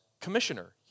commissioner